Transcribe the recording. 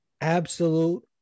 Absolute